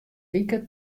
wike